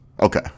Okay